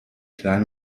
klein